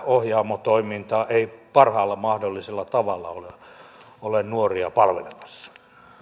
ohjaamo toiminta ei parhaalla mahdollisella tavalla ole ole nuoria palvelemassa